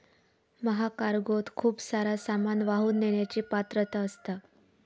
महाकार्गोत खूप सारा सामान वाहून नेण्याची पात्रता असता